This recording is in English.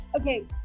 okay